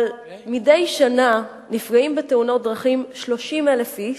מדי שנה נפגעים בתאונות דרכים 30,000 איש,